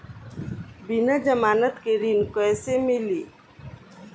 बिना जमानत के ऋण कैसे मिली?